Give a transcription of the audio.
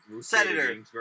Senator